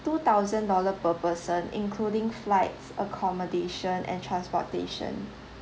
two thousand dollar per person including flights accommodation and transportation